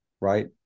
right